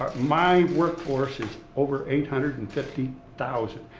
my workforce is over eight hundred and fifty thousand.